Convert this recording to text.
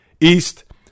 east